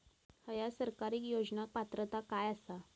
हया सरकारी योजनाक पात्रता काय आसा?